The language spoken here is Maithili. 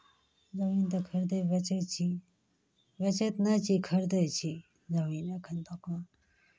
जमीन तऽ खरीदै बेचै छी बेचै तऽ नहि छी खरीदै छै जमीन एखन तक हम